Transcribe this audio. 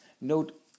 note